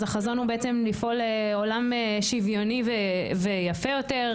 אז החזון הוא בעצם לפעול לעולם שוויוני ויפה יותר,